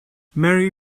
mary